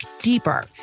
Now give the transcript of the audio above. deeper